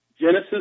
Genesis